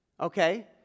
Okay